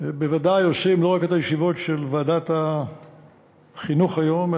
בוודאי עושים לא רק את הישיבות של ועדת החינוך היום,